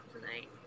tonight